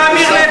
הנה אמיר לוי,